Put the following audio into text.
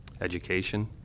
education